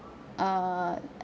err